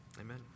Amen